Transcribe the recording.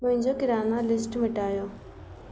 मुंहिंजो किराणा लिस्ट मिटायो